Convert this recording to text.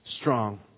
strong